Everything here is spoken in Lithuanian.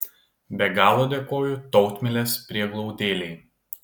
be galo dėkoju tautmilės prieglaudėlei